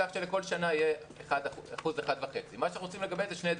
כך שבכל שנה יהיה 1.5%. מה שאנחנו רוצים לקבל זה שני דברים: